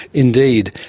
indeed.